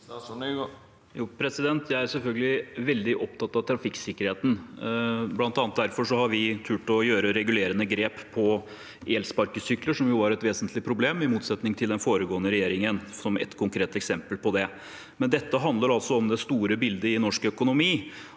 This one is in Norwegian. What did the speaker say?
Jeg er selvføl- gelig veldig opptatt av trafikksikkerheten, og bl.a. derfor har vi turt å gjøre regulerende grep for elsparkesykler, som var et vesentlig problem, i motsetning til den foregående regjeringen. Det er et konkret eksempel på det. Men dette handler altså om det store bildet i norsk økonomi.